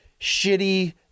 shitty